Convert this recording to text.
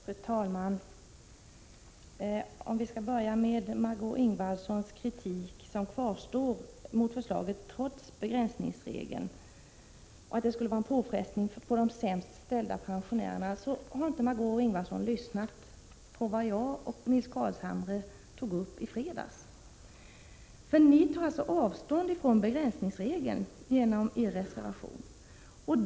Fru talman! Jag vill börja med Margö Ingvardssons kritik mot förslaget. Hennes kritik kvarstår, trots utskottets förslag om en begränsningsregel. Hon har då inte lyssnat på vad jag och Nils Carlshamre tog upp i fredags. Vpk tar genom sin reservation avstånd från begränsningsregeln.